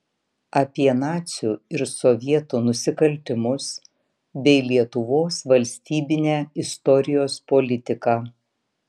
apie nacių ir sovietų nusikaltimus bei lietuvos valstybinę istorijos politiką